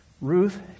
Ruth